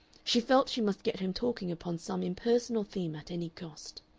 she felt she must get him talking upon some impersonal theme at any cost.